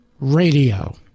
Radio